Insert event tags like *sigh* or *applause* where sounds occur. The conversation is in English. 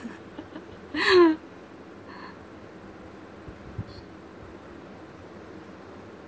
*laughs*